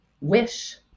wish